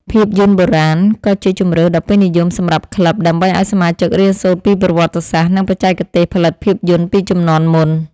ភាពយន្តបុរាណ ក៏ជាជម្រើសដ៏ពេញនិយមសម្រាប់ក្លឹប ដើម្បីឱ្យសមាជិករៀនសូត្រពីប្រវត្តិសាស្ត្រ និងបច្ចេកទេសផលិតភាពយន្តពីជំនាន់មុន។